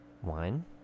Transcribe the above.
One